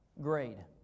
grade